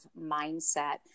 mindset